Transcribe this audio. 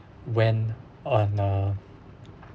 went on a